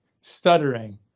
stuttering